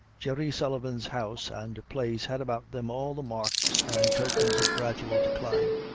jerry sullivan's house and place had about them all the marks and tokens of gradual decline.